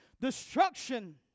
Destruction